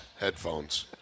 headphones